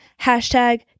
Hashtag